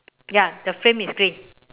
ya the frame is grey